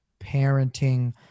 parenting